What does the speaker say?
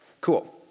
Cool